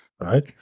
right